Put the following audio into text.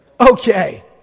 Okay